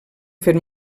fet